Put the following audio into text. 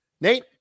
Nate